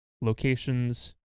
locations